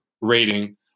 rating